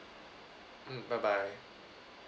mm bye bye